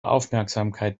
aufmerksamkeit